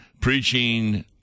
preaching